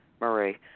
Marie